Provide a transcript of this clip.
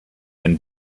and